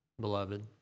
beloved